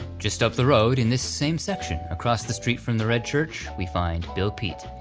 just up the road, in this same section, across the street from the red church we find bill peet,